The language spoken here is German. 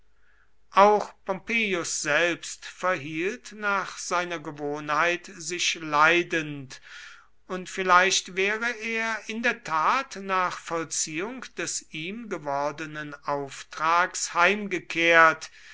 auch pompeius selbst verhielt nach seiner gewohnheit sich leidend und vielleicht wäre er in der tat nach vollziehung des ihm gewordenen auftrags heimgekehrt